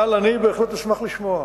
אבל אני בהחלט אשמח לשמוע.